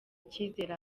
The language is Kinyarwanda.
icyizere